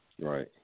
Right